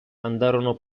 andarono